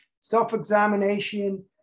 self-examination